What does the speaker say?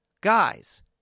guys